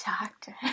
doctor